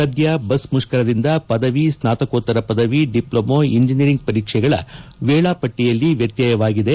ಸದ್ಯ ಬಸ್ ಮುಷ್ಕರದಿಂದ ಪದವಿ ಸ್ನಾತಕೋತ್ತರ ಪದವಿ ಡಿಪ್ಲೋಮಾ ಎಂಜಿನಿಯರಿಂಗ್ ಪರೀಕ್ಷೆಗಳ ವೇಳಾಪಟ್ಟಿಯಲ್ಲಿ ವ್ಯತ್ಯಯವಾಗಿದೆ